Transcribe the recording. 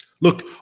Look